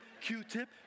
Q-tip